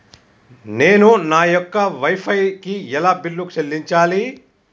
నేను నా యొక్క వై ఫై కి ఎలా బిల్లు చెల్లించాలి?